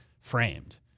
framed